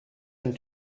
and